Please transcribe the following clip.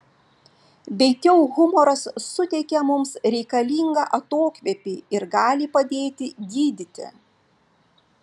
veikiau humoras suteikia mums reikalingą atokvėpį ir gali padėti gydyti